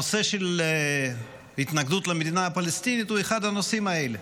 הנושא של התנגדות למדינה פלסטינית הוא אחד הנושאים אלה.